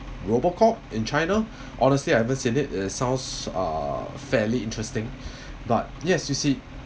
robot cop in china honestly I haven't seen it it sounds uh fairly interesting but yes you see